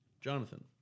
Jonathan